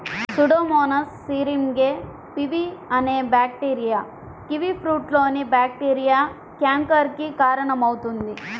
Pseudomonas syringae P V bacteria కివీఫ్రూట్లోని bacteria canker కి కారణమవుతుంది